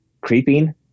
creeping